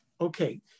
okay